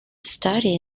study